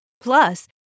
Plus